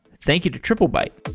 thank you to triplebyte